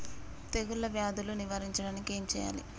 తెగుళ్ళ వ్యాధులు నివారించడానికి ఏం చేయాలి?